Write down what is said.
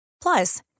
Plus